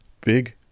big